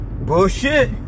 Bullshit